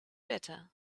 better